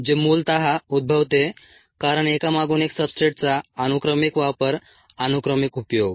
जे मूलत उद्भवते कारण एकामागून एक सब्सट्रेट्सचा अनुक्रमिक वापर अनुक्रमिक उपयोग